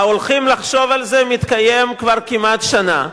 ה"הולכים לחשוב על זה" מתקיים כבר כמעט שנה.